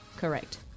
correct